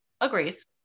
agrees